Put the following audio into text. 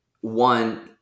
one